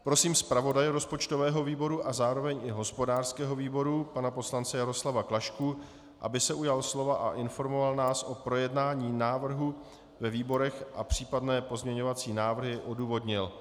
Prosím zpravodaje rozpočtového výboru a zároveň i hospodářského výboru pana poslance Jaroslava Klašku, aby se ujal slova a informoval nás o projednání návrhu ve výborech a případné pozměňovací návrhy odůvodnil.